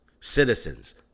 citizens